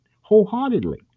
wholeheartedly